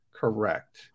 correct